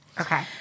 Okay